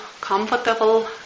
comfortable